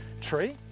tree